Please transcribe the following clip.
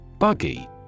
Buggy